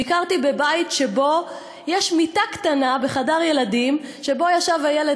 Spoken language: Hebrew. ביקרתי בבית שבו יש מיטה קטנה בחדר ילדים שבו ישב הילד